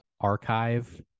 archive